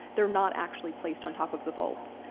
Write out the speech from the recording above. they're not actually placed on top of the vaults.